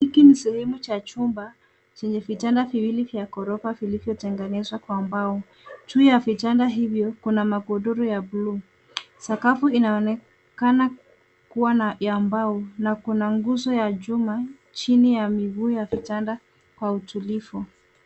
Hiki ni sehemu cha chumba chenye vitanda viwili vya ghorofa viivyotengenezwa kwa mbao. Juu ya vitanda hivyo , kuna magodoro ya bluu . Sakafu inaonekana kuwa ya mbao na kuna nguzo ya chuma chini ya miguu ya vitanda kwa utulivu.